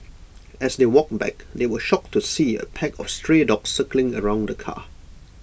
as they walked back they were shocked to see A pack of stray dogs circling around the car